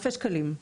אלפי שקלים.